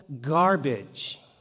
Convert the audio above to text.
garbage